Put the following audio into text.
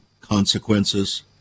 consequences